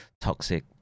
toxic